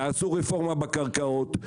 תעשו רפורמה בקרקעות,